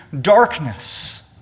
darkness